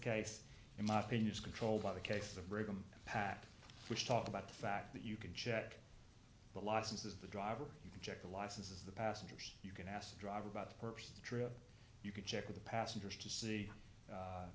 case in my opinion is controlled by the case of brigham pact which talked about the fact that you can check the law says the driver you can check the licenses of the passengers you can ask the driver about the purpose of the trip you can check with the passengers to see